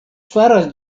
faras